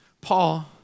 Paul